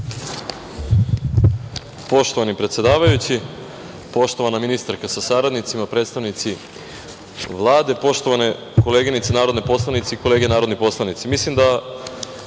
Poštovani predsedavajući, poštovana ministarko sa saradnicima, predstavnici Vlade, poštovane koleginice narodne poslanice i kolege narodni poslanici,